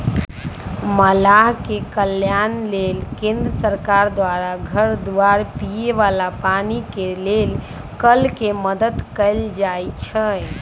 मलाह के कल्याण लेल केंद्र सरकार द्वारा घर दुआर, पिए बला पानी के लेल कल के मदद कएल जाइ छइ